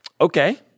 Okay